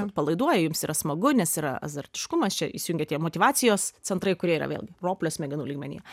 atpalaiduoja jums yra smagu nes yra azartiškumas čia įsijungia tie motyvacijos centrai kurie yra vėl roplio smegenų lygmenyje